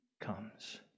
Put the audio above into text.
comes